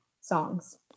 songs